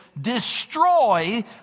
destroy